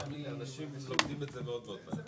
אני אומר לך שאנחנו לא ניתן לדבר הזה שיקרה,